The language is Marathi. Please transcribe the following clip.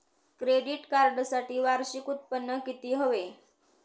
क्रेडिट कार्डसाठी वार्षिक उत्त्पन्न किती हवे?